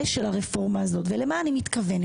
של הרפורמה הזאת ואומר למה אני מתכוונת.